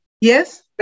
Yes